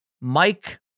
Mike